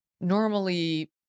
normally